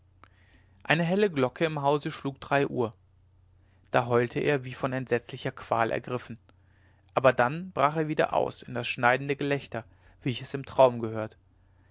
eine helle glocke im hause schlug drei uhr da heulte er wie von entsetzlicher qual ergriffen aber dann brach er wieder aus in das schneidende gelächter wie ich es im traum gehört